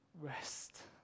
rest